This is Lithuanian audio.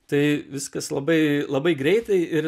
tai viskas labai labai greitai ir